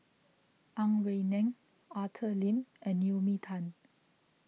Ang Wei Neng Arthur Lim and Naomi Tan